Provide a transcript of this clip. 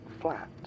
flat